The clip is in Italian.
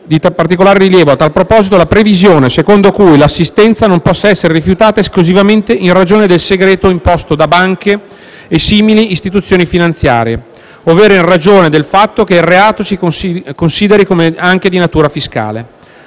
Di particolare rilievo, a tal proposito, la previsione secondo cui l'assistenza non possa essere rifiutata esclusivamente in ragione del segreto imposto da banche e simili istituzioni finanziarie, ovvero in ragione del fatto che il reato si consideri anche di natura fiscale.